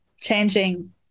changing